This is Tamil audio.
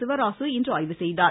சிவராசு இன்று ஆய்வு செய்தார்